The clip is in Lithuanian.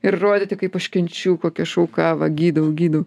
ir rodyti kaip aš kenčiu kokia aš auka va gydau gydau